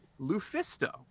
lufisto